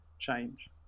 change